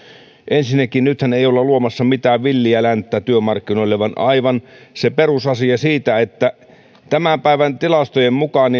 ensinnäkin nythän ei olla luomassa mitään villiä länttä työmarkkinoille vaan kyseessä on aivan se perusasia siitä että tämän päivän tilastojen mukaan